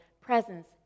presence